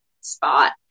spot